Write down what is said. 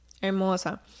hermosa